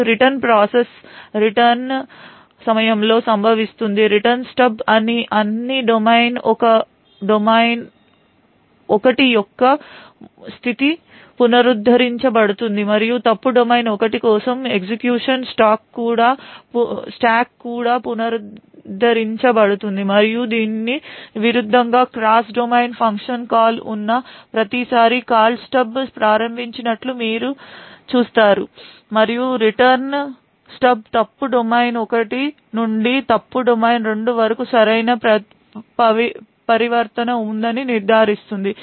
ఇప్పుడు return process return సమయంలో సంభవిస్తుంది రిటర్న్ స్టబ్లో అన్ని డొమైన్ 1 యొక్క స్థితి పునరుద్ధరించబడుతుంది మరియు ఫాల్ట్ డొమైన్ 1 కోసం ఎగ్జిక్యూషన్ స్టాక్ కూడా పునరుద్ధరించబడుతుంది మరియు దీనికి విరుద్ధంగా క్రాస్ డొమైన్ ఫంక్షన్ కాల్ ఉన్న ప్రతిసారీ కాల్ స్టబ్ను ప్రారంభించినట్లు మీరు చూస్తారు మరియు రిటర్న్ స్టబ్ ఫాల్ట్ డొమైన్ 1 నుండి ఫాల్ట్ డొమైన్ 2 కు సరైన పరివర్తన ఉందని నిర్ధారిస్తుంది